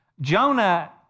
Jonah